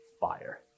fire